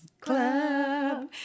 Club